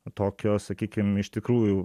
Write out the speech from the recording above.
tokio sakykim iš tikrųjų